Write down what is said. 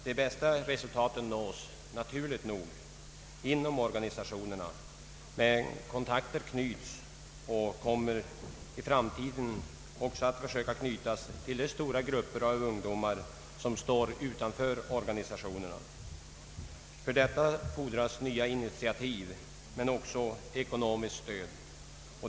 De bästa resultaten nås naturligt nog inom organisationerna, men kontakter knyts och kommer i framtiden också att eftersträvas till de stora grupper av ungdomar som står utanför organisationerna. För detta fordras nya initiativ men också ekonomiskt stöd.